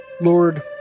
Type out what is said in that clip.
Lord